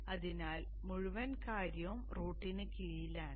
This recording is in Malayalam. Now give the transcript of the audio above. അതിനാൽ മുഴുവൻ കാര്യവും റൂട്ടിന് കീഴിലാണ്